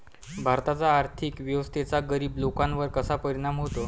भारताच्या आर्थिक व्यवस्थेचा गरीब लोकांवर कसा परिणाम होतो?